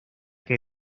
que